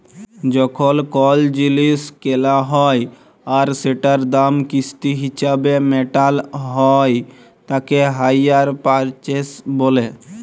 যখল কল জিলিস কেলা হ্যয় আর সেটার দাম কিস্তি হিছাবে মেটাল হ্য়য় তাকে হাইয়ার পারচেস ব্যলে